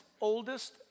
oldest